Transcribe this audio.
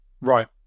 right